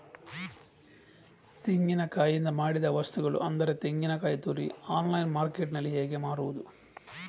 ತೆಂಗಿನಕಾಯಿಯಿಂದ ಮಾಡಿದ ವಸ್ತುಗಳು ಅಂದರೆ ತೆಂಗಿನತುರಿ ಆನ್ಲೈನ್ ಮಾರ್ಕೆಟ್ಟಿನಲ್ಲಿ ಹೇಗೆ ಮಾರುದು?